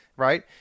Right